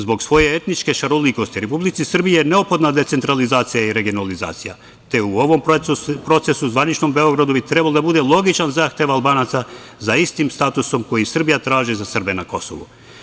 Zbog svoje etničke šarolikosti Republici Srbiji je neophodna decentralizacija i regionalizacija, te u ovom procesu zvaničnom Beogradu bi trebalo da bude logičan zahtev Albanaca za istim statusom koji Srbija traži za Srbe na Kosovu.